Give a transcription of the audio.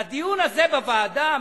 לדיון הזה בוועדה,